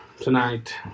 Tonight